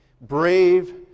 Brave